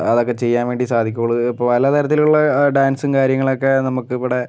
അതൊക്കെ ചെയ്യാൻ വേണ്ടി സാധിക്കുകയുള്ളു ഇപ്പോൾ പല തരത്തിലുള്ള ആ ഡാൻസും കാര്യങ്ങളൊക്കെ നമുക്ക് ഇവിടെ